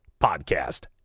podcast